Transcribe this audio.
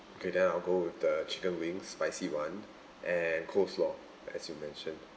okay then I'll go with the chicken wings spicy one and coleslaw at you mentioned